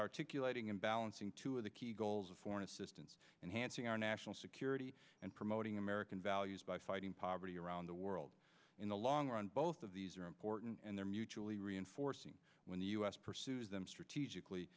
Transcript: articulating and balancing two of the key goals of foreign assistance and hansing our national security and promoting american values by fighting poverty around the world in the long run both of these are important and they're mutually reinforcing when the u s pursues them strategically